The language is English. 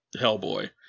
Hellboy